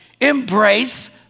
Embrace